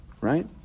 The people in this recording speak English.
right